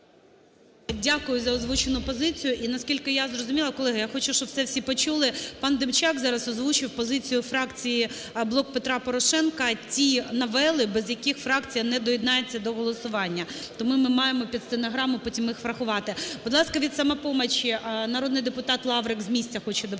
Дякую за озвучену позицію. І наскільки я зрозуміла, – колеги, я хочу, щоб це всі почули – пан Демчак зараз озвучив позицію фракції "Блок Петра Порошенка" ті новели, без яких фракція не доєднається до голосування. Тому ми маємо під стенограму потім їх врахувати. Будь ласка, від "Самопомочі" народний депутат Лаврик з місця хоче доповідати